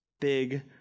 big